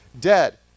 dead